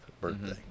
birthday